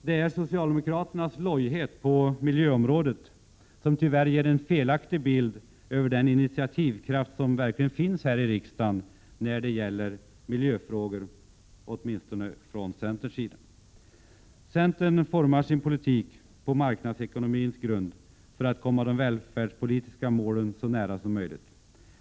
Det är socialdemokraternas lojhet på miljöområdet som ger en felaktig bild av den initiativkraft som verkligen finns här i riksdagen när det gäller miljöfrågor, åtminstone från centerns sida. Centern formar sin politik på marknadsekonomins grund för att komma de välfärdspolitiska målen så nära som möjligt.